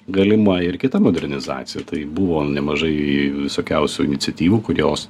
galima ir kita modernizacija tai buvo nemažai visokiausių iniciatyvų kurios